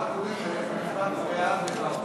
הכללת אחות בהרכב ועדת האתיקה),